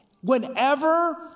Whenever